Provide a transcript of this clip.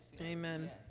Amen